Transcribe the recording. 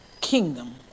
kingdom